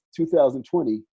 2020